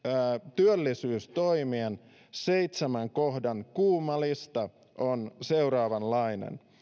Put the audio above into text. työllisyystoimien seitsemän kohdan kuuma lista on seuraavanlainen